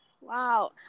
Wow